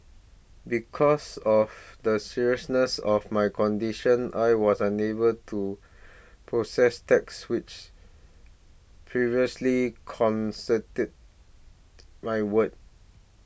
because of the seriousness of my condition I was unable to process text which previously concede my world